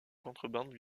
contrebande